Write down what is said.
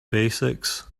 basics